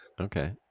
okay